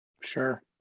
Sure